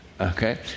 okay